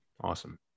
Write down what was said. Awesome